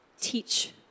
teach